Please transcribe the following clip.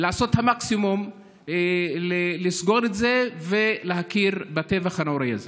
לעשות את המקסימום לסגור את זה ולהכיר בטבח הנוראי הזה.